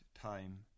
time